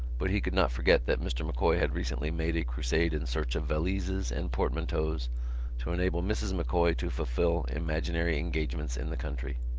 but he could not forget that mr. m'coy had recently made a crusade in search of valises and portmanteaus to enable mrs. m'coy to fulfil imaginary engagements in the country.